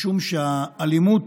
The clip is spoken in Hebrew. משום שהאלימות